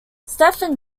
stephan